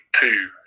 two